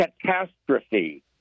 catastrophe